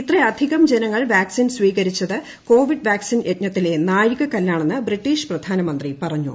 ഇത്രയധികം ജനങ്ങൾ വാക്സിൻ സ്വീകരിച്ചത് കോവിഡ് വാക്സ്ട്രിൻ യജ്ഞത്തിലെ നാഴികക്കല്ലാണെന്ന് ബ്രിട്ടീഷ് പ്രധാനമന്ത്രി പൂറഞ്ഞു